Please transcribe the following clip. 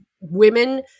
women